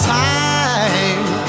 time